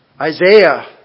Isaiah